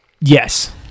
Yes